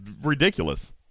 ridiculous